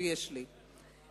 ויש לי,